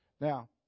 Now